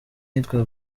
iyitwa